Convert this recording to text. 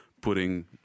putting